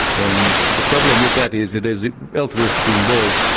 and the problem with that is that there is a health risk involved.